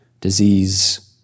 disease